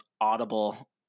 audible